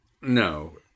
No